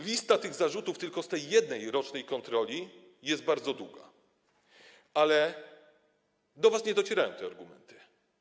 Lista zarzutów tylko z tej jednej rocznej kontroli jest bardzo długa, ale do was nie docierają te argumenty.